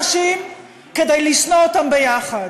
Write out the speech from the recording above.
לבין לסמן אנשים כדי לשנוא אותם ביחד.